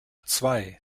zwei